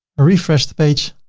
refresh the page,